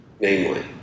namely